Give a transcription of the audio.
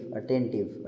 attentive